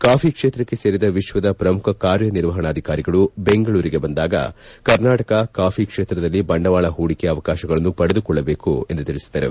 coffee ಕ್ಷೇತ್ರಕ್ಕೆ ಸೇರಿದ ವಿಶ್ವದ ಪ್ರಮುಖ ಕಾರ್ಯನಿರ್ವಾಪಕಾಧಿಕಾರಿಗಳು ಬೆಂಗಳೂರಿಗೆ ಬಂದಾಗ ಕರ್ನಾಟಕ ಕಾಫಿ ಕ್ಷೇತ್ರದಲ್ಲಿ ಬಂಡವಾಳ ಹೂಡಿಕೆ ಅವಕಾಶಗಳನ್ನು ಪಡೆದುಕೊಳ್ಳಬೇಕು ಎಂದು ತಿಳಿಸಿದರು